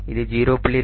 இது 0